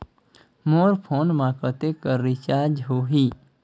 मोर phone मा कतेक कर रिचार्ज हो ही?